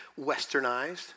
Westernized